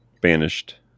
banished